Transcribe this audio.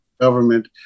government